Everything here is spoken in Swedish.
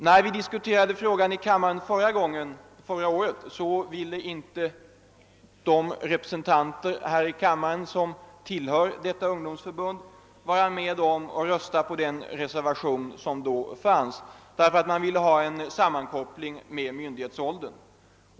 När vi diskuterade saken förra året så ville inte de av kammarens ledamöter som tillhör detta ungdomsförbund vara med om att rösta på den reservation som då fanns, eftersom man ville ha en sammankoppling med myndighetsåldern.